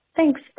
Thanks